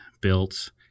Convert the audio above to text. built